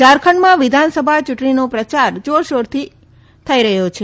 ઝારખંડમાં વિધાનસભા ચૂંટણી પ્રચાર જોરશોરથી થઇ રહ્યાં છે